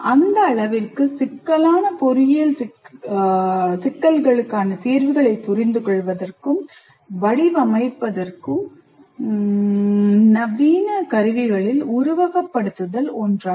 அந்த அளவிற்கு சிக்கலான பொறியியல் சிக்கல்களுக்கான தீர்வுகளைப் புரிந்துகொள்வதற்கும் வடிவமைப்பதற்கும் நவீன கருவிகளில் உருவகப்படுத்துதல் ஒன்றாகும்